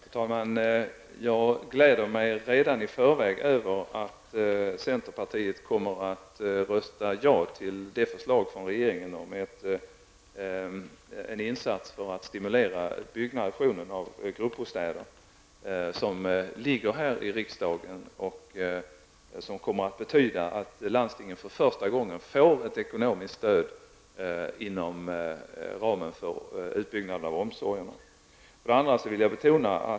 Fru talman! Jag gläder mig redan i förväg över att centerpartiet kommer att rösta ja till det förslag från regeringen om en insats för att stimulera byggande av gruppbostäder som finns här i riksdagen. När förslaget går igenom kommer det att betyda att landstingen för första gången får ett ekonomiskt stöd inom ramen för utbyggnad av omsorg.